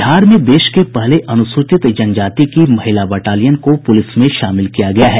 बिहार में देश के पहले अनुसूचित जनजाति की महिला बटालियन को पुलिस में शामिल किया गया है